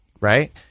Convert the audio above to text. right